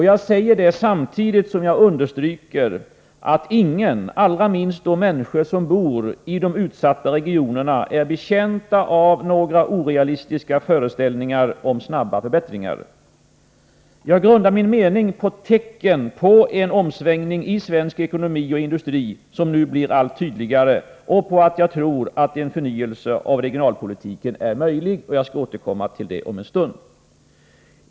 Jag säger detta samtidigt som jag understryker att ingen, allra minst de människor som bor i de utsatta regionerna, är betjänt av några orealistiska föreställningar om snabba förbättringar. Jag grundar min mening på tecken på en omsvängning i svensk ekonomi och industri, som nu blir allt tydligare, och på att jag tror att en förnyelse av regionalpolitiken är möjlig. Jag skall återkomma till detta om en stund.